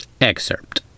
excerpt